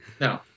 No